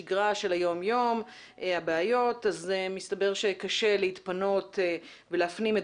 אבל בשגרה של היום-יום מסתבר שקשה להתפנות ולהפנים את